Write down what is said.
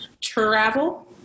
travel